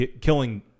killing